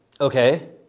Okay